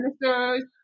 ministers